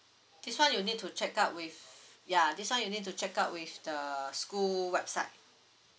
this one you need to check out with yeah this one you need to check out with the school website